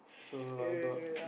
so I got